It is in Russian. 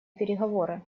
переговоры